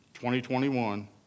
2021